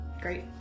Great